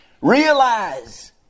Realize